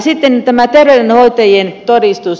sitten tämä terveydenhoitajien todistus